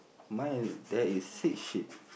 mine there is six sheep